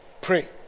Pray